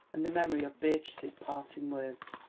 and the memory of beatrice's parting words.